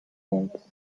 ends